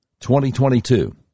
2022